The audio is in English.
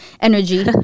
energy